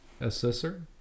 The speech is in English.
assessor